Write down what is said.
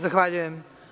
Zahvaljujem.